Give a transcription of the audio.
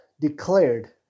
declared